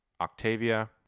Octavia